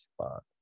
spot